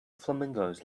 flamingos